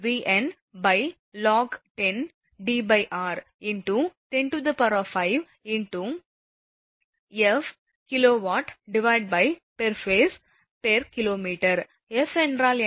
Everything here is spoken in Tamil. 1fVnlog10Dr×10−5×F kWகட்டம்கிமீ F என்றால் என்ன